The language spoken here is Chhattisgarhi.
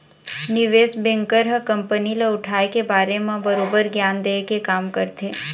निवेस बेंकर ह कंपनी ल उठाय के बारे म बरोबर गियान देय के काम करथे